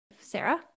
Sarah